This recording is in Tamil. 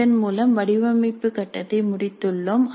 இதன் மூலம் வடிவமைப்பு கட்டத்தை முடித்துள்ளோம்